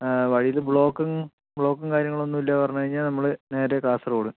വഴിയിൽ ബ്ലോക്കും ബ്ലോക്കും കാര്യങ്ങളും ഒന്നും ഇല്ല പറഞ്ഞു കഴിഞ്ഞാൽ നമ്മൾ നേരെ കാസർഗോഡ്